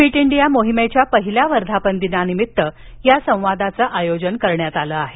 fit India मोहिमेच्या पहिल्या वर्धापन दिनानिमित्त या संवादाचे आयोजन करण्यात आले आहे